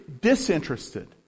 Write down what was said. disinterested